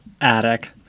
attic